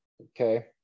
okay